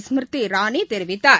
Smriti இரானிதெரிவித்தார்